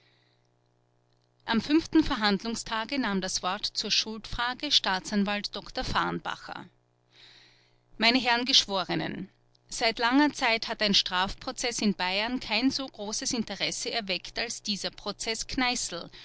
am fünften verhandlungstage nahm das wort zur schuldfrage staatsanwalt dr farnbacher meine herren geschworenen seit langer zeit hat ein strafprozeß in bayern kein so großes interesse erweckt als dieser prozeß kneißl